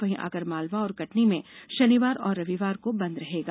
वहीं आगरमालवा और कटनी में शनिवार और रविवार को बंद रहेगा